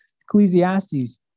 Ecclesiastes